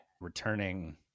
returning